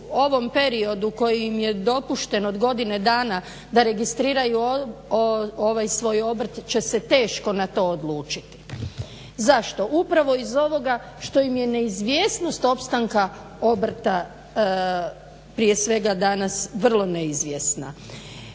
u ovom periodu koji im je dopušten od godine dana da registriraju ovaj svoj obrt će se teško na to odlučiti. Zašto? Upravo iz ovoga što im je neizvjesnost opstanka obrta prije svega danas vrlo neizvjesna.